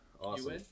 awesome